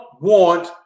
want